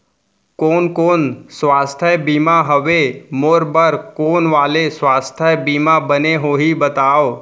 कोन कोन स्वास्थ्य बीमा हवे, मोर बर कोन वाले स्वास्थ बीमा बने होही बताव?